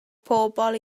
pobl